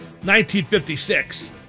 1956